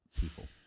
people